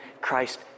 Christ